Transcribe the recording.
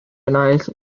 wnaeth